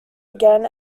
again